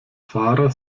fahrer